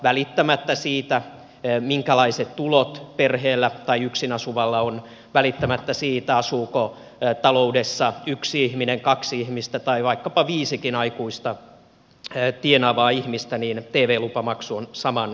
välittämättä siitä minkälaiset tulot perheellä tai yksin asuvalla on välittämättä siitä asuuko taloudessa yksi ihminen kaksi ihmistä tai vaikkapa viisikin aikuista tienaavaa ihmistä tv lupamaksu on saman kokoinen